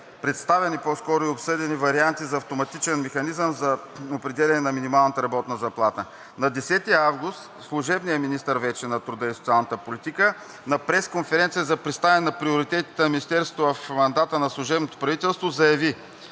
представени и обсъдени варианти за автоматичен механизъм за определяне на минимална работна заплата. На 10 август 2022 г. вече служебният министър на труда и социалната политика на пресконференция за представяне на приоритетите на Министерството в мандата на служебното правителство заяви: